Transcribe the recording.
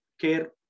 care